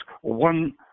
one